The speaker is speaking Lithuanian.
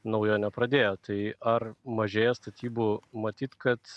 naujo nepradėjo tai ar mažėja statybų matyt kad